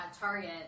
target